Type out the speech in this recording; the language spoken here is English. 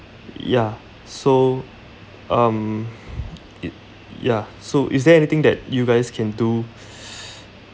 ya so um it ya so is there anything that you guys can do